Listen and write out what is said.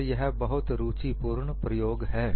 और यह बहुत रूचि पूर्ण प्रयोग है